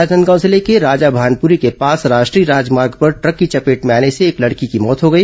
राजनांदगांव जिले के राजा भानपुरी के पास राष्ट्रीय राजमार्ग पर ट्रक की चपेट में आने से एक लड़की की मौत हो गई